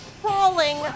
crawling